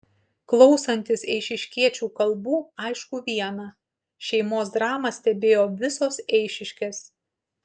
klausantis eišiškiečių kalbų aišku viena šeimos dramą stebėjo visos eišiškės